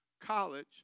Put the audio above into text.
college